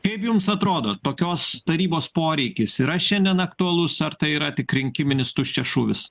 kaip jums atrodo tokios tarybos poreikis yra šiandien aktualus ar tai yra tik rinkiminis tuščias šūvis